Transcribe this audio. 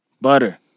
Butter